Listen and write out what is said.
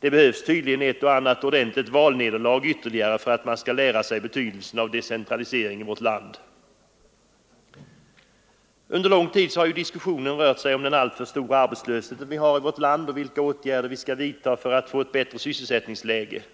Det behövs tydligen ytterligare ett eller annat ordentligt valnederlag för att man skall lära sig betydelsen av decentralisering i vårt land. Under lång tid har den alltför stora arbetslösheten i vårt land och frågan om vilka åtgärder vi skall vidta för att få ett bättre sysselsättningsläge diskuterats.